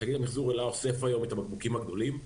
תאגיד המיחזור אל"ה אוסף היום את הבקבוקים הגדולים,